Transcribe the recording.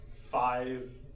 five